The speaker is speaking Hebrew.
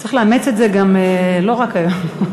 צריך לאמץ את זה לא רק היום.